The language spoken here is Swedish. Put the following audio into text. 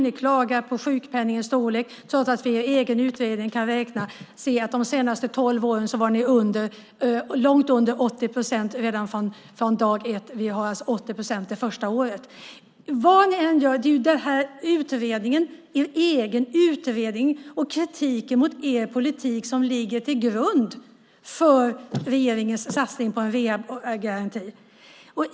Ni klagar på sjukpenningens storlek trots att ni i er egen utredning kan se att de senaste tolv åren var ni långt under 80 procent från dag ett. Vi har 80 procent det första året. Vad ni än gör är det er egen utredning och kritiken mot er politik som ligger till grund för regeringens satsning på en rehabgaranti.